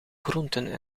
groenten